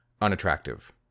unattractive